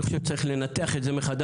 אני חושב שצריך לנתח את זה מחדש,